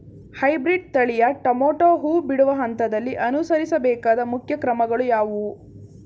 Hybrid ತಳಿಯ tomato ಹೂ ಬಿಡುವ ಹಂತದಲ್ಲಿ ಅನುಸರಿಸಬೇಕಾದ ಮುಖ್ಯ ಕ್ರಮಗಳು ಯಾವುವು?